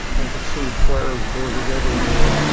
i could see fires burning everywhere,